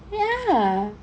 yeah